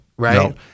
right